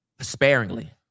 sparingly